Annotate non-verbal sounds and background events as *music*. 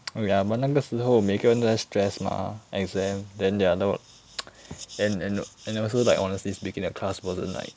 *noise* ya but 那个时候每个人都在 stress mah exam then the a~ *noise* and and and also like honestly speaking the class wasn't like